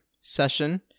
session